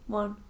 one